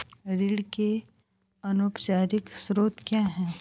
ऋण के अनौपचारिक स्रोत क्या हैं?